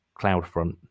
CloudFront